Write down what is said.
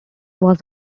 was